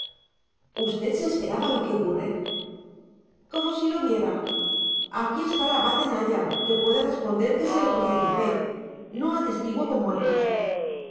usted se esperaba lo que ocurre como si lo viera aquí está el abad de naya que puede responder de que se lo profeticé no atestiguo con muertos